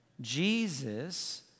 Jesus